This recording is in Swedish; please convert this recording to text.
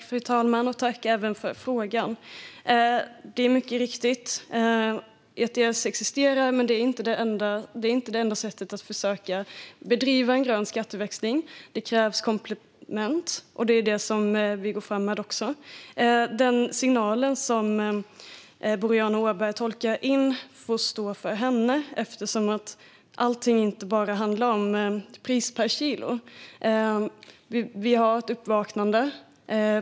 Fru talman! Tack för frågan, Boriana Åberg! ETS existerar mycket riktigt, men det är inte det enda sättet att försöka bedriva en grön skatteväxling. Det krävs komplement, och det är det som vi går fram med också. Den signal som Boriana Åberg tolkar in får stå för henne eftersom allt inte bara handlar om pris per kilo. Vi har ett uppvaknande.